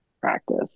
practice